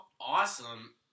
awesome